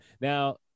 Now